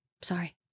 sorry